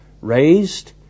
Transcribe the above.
raised